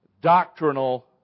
doctrinal